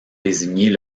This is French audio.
désigner